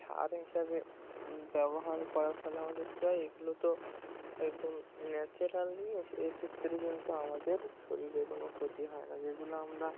সার হিসাবে ব্যবহার করার ফলে আমাদের কী হয় এগুলো তো একদম ন্যাচারাল জিনিস এই ক্ষেত্রে কিন্তু আমাদের শরীরের কোনো ক্ষতি হয় না যেগুলো আমরা